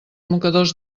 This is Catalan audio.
mocadors